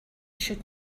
should